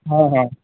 हँ हँ